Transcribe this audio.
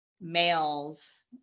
males